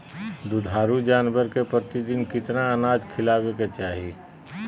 दुधारू जानवर के प्रतिदिन कितना अनाज खिलावे के चाही?